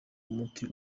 umuti